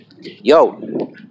yo